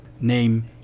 name